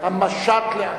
המשט לעזה.